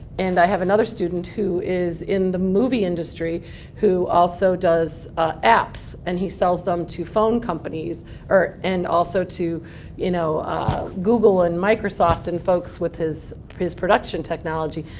and i have another student who is in the movie industry who also does apps, and he sells them to phone companies and also to you know ah google and microsoft and folks with his his production technology.